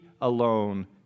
alone